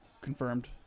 confirmed